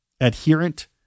adherent